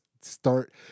start